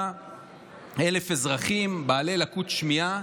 כ-44,000 אזרחים בעלי לקות שמיעה